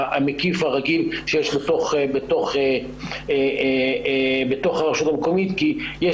המקיף הרגיל שיש בתוך הרשות המקומית כי יש